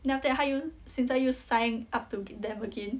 then after that 她又现在又 sign up to them again